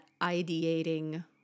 ideating